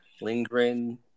Lindgren